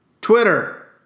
Twitter